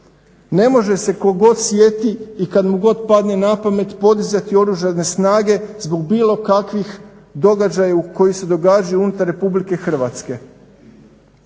Ne može se tko god sjeti i kad mu god padne na pamet podizati Oružane snage zbog bilo kakvih događaja koji se događaju unutar RH.